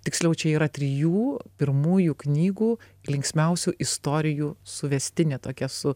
tiksliau čia yra trijų pirmųjų knygų linksmiausių istorijų suvestinė tokia su